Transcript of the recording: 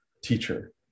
teacher